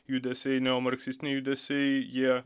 judesiai neomarksistiniai judesiai jie